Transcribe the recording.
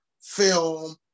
film